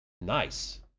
Nice